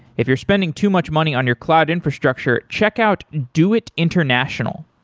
if you're spending too much money on your cloud infrastructure, check out doit international.